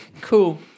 Cool